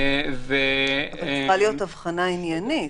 אבל צריכה להיות הבחנה עניינית,